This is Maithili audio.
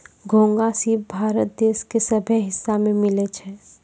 घोंघा, सिप भारत देश के सभ्भे हिस्सा में मिलै छै